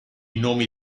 nomi